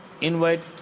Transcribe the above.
invite